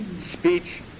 Speech